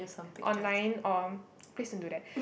online or please don't do that